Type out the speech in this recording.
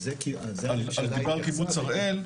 דובר על קיבוץ הראל,